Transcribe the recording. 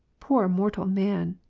poor mortal man,